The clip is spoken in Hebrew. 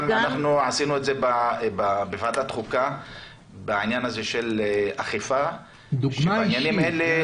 אנחנו עשינו את זה בוועדת החוקה בעניין הזה של האכיפה -- דוגמה אישית.